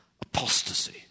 apostasy